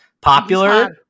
popular